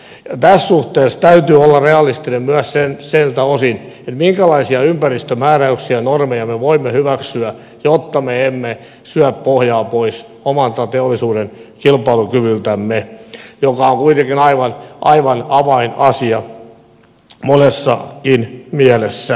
tässä suhteessa täytyy olla realistinen myös siltä osin minkälaisia ympäristömääräyksiä ja normeja me voimme hyväksyä jotta me emme syö pohjaa pois omalta teollisuuden kilpailukyvyltämme joka on kuitenkin aivan avainasia monessakin mielessä edelleen